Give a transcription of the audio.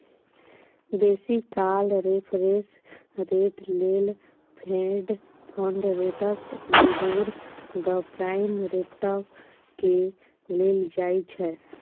बेसी काल reference rate लेल Fed fund rates, LIBOR, the prime रेटकेँ लेल जाइ छै